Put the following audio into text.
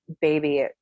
baby